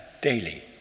daily